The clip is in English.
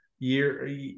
year